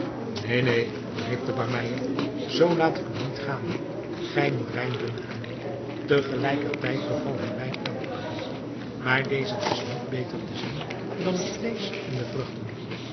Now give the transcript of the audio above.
neen neen riep de barmeyer zoo laat ik u niet gaan gij moet wijn drinken te gelijker tijd beval hij wijn aan te brengen maar deze was niet beter te zien dan het vleesch en de vruchten